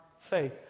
faith